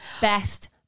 Best